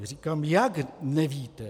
Říkám: Jak nevíte?